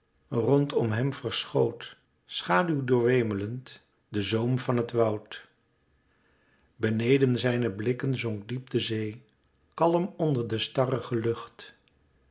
rondom hem verschoot schaduw doorwemeld de zoom van het woud beneden zijne blikken zonk diep de zee kalm onder de starrige lucht